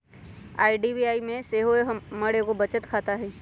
IDBI में सेहो हमर एगो बचत खता हइ